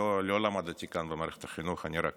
אני לא למדתי כאן במערכת החינוך, אני רק